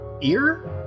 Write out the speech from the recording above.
ear